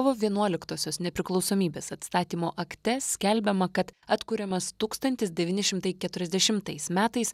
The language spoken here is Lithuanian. kovo vienuoliktosios nepriklausomybės atstatymo akte skelbiama kad atkuriamas tūkstantis devyni šimtai keturiasdešimtais metais